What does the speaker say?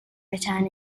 return